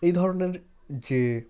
এই ধরনের যে